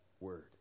word